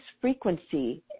frequency